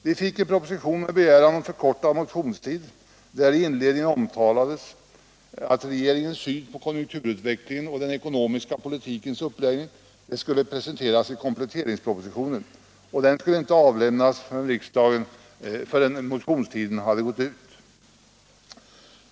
Vi fick en proposition med begäran om förkortad motionstid, där i inledningen omtalades att regeringens syn på konjunkturutvecklingen och den ekonomiska politikens uppläggning skulle presenteras i kompletteringspropositionen, som inte skulle avlämnas till riksdagen förrän efter motionstidens utgång.